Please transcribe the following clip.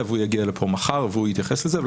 והוא יגיע לפה מחר והוא יתייחס לזה,